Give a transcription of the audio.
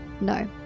no